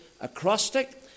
acrostic